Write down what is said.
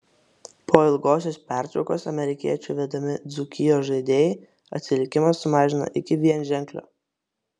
po ilgosios pertraukos amerikiečių vedami dzūkijos žaidėjai atsilikimą sumažino iki vienženklio